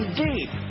deep